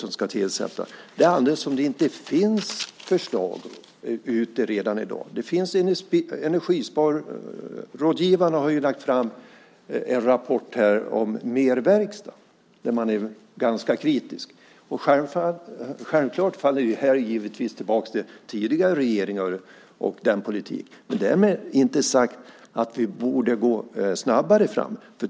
Det är som om det inte finns förslag redan i dag. Energisparrådgivarna har ju lagt fram en rapport om att det ska vara mer verkstad, där man är ganska kritisk. Och självklart faller detta tillbaka på tidigare regeringar och deras politik, men därmed inte sagt att vi borde gå snabbare fram.